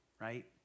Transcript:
right